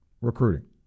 recruiting